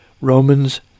Romans